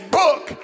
book